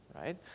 right